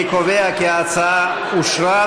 אני קובע כי ההצעה אושרה,